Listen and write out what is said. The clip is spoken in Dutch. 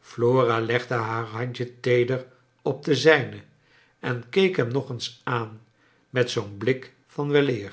flora legde haar handje teeder op de zijne en keek hem nog eens aan met zoo'n blik van weleer